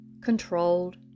Controlled